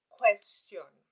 question